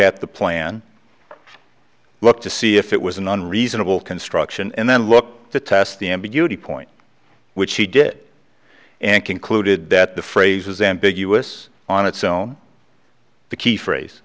at the plan look to see if it was an unreasonable construction and then look to test the ambiguity point which he did and concluded that the phrase was ambiguous on its own the key phrase